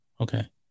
Okay